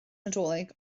nadolig